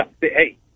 Hey